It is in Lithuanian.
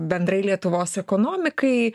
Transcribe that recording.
bendrai lietuvos ekonomikai